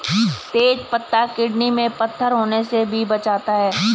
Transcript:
तेज पत्ता किडनी में पत्थर होने से भी बचाता है